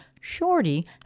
shorty